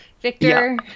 Victor